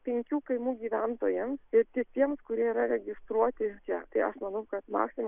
penkių kaimų gyventojams ir tik tiems kurie yra registruoti čia tai aš manau kad maksimum